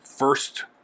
first